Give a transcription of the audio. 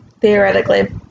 Theoretically